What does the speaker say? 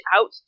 out